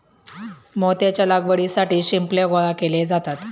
मोत्याच्या लागवडीसाठी शिंपल्या गोळा केले जातात